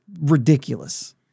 ridiculous